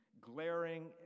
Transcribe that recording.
glaring